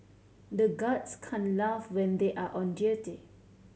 the guards can't laugh when they are on duty